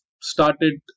started